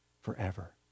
forever